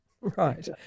Right